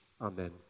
Amen